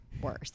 worse